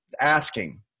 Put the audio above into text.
asking